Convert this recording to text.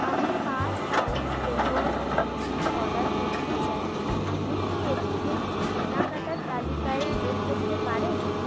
আমি পাঁচ pouch Kellogg's muesli order করতে চাই আপনি কি এটিকে কেনাকাটার তালিকায় যোগ করতে পারেন